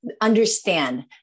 understand